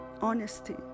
honesty